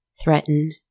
threatened